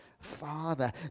Father